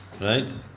Right